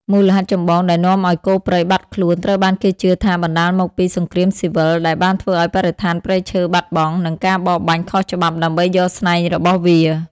មូលហេតុចម្បងដែលនាំឱ្យគោព្រៃបាត់ខ្លួនត្រូវបានគេជឿថាបណ្តាលមកពី សង្គ្រាមស៊ីវិល ដែលបានធ្វើឱ្យបរិស្ថានព្រៃឈើបាត់បង់ និងការបរបាញ់ខុសច្បាប់ដើម្បីយកស្នែងរបស់វា។